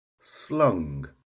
slung